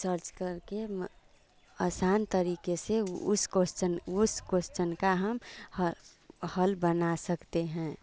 search करके म आसान तरीके से उस कोसचन उस कोसचन का हम ह हल बना सकते हैं